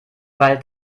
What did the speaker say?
bald